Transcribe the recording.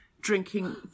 drinking